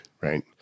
Right